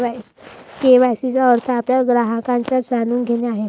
KYC चा अर्थ आपल्या ग्राहकांना जाणून घेणे आहे